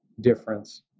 difference